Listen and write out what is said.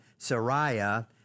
Sariah